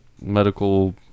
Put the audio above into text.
medical